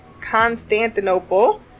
Constantinople